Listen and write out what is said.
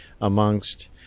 amongst